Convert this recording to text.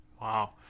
Wow